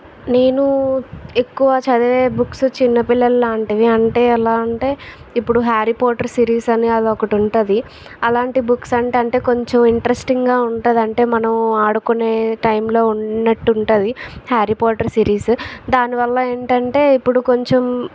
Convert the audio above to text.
నేను ఎక్కువ చదివే బుక్స్ చిన్నపిల్లల లాంటివి అంటే ఎలా అంటే ఇప్పుడు హ్యారి పాటర్ సిరీస్ అని ఒకటి ఉంటుంది అలాంటి బుక్స్ అంటే కొంచెం ఇంట్రెస్టింగా ఉంటుంది మనం ఆడుకునే టైంలో ఉన్నట్టుంటుంది హ్యారి పాటర్ సిరీసు దానివల్ల ఏమిటంటే ఇప్పుడు కొంచెం